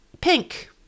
pink